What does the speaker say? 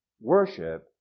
Worship